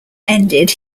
ended